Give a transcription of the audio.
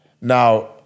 Now